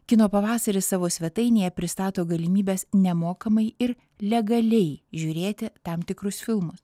kino pavasaris savo svetainėje pristato galimybes nemokamai ir legaliai žiūrėti tam tikrus filmus